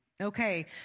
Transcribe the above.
Okay